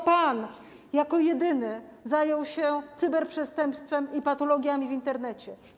To pan jako jedyny zajął się cyberprzestępstwem i patologiami w Internecie.